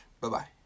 Bye-bye